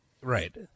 Right